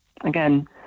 again